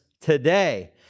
today